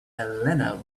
elena